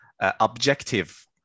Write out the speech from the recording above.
objective